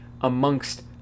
amongst